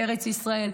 בארץ ישראל,